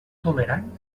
tolerant